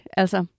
altså